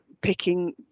picking